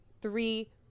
three